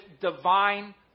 divine